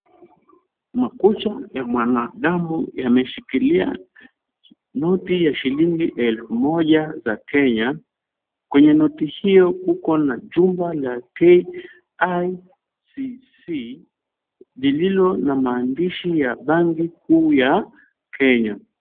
Makucha ya mwanadamu yameshikilia noti ya shilingi elfu moja za Kenya, kwenye noti hiyo kuko na jumba la KICC lililo na maandishi ya banki kuu ya Kenya.